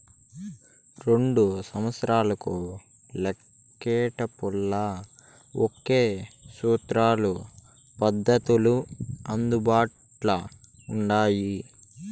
రెండు సంస్తలకు లెక్కేటపుల్ల ఒకే సూత్రాలు, పద్దతులు అందుబాట్ల ఉండాయి